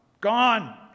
gone